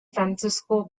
francisco